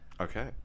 Okay